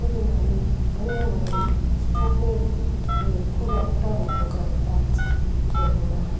ওই জন্য আমি আমি মনে করি স্টোবের খুব একটা উপকারিতা আছে বলে মনে হয়